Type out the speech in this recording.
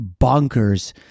bonkers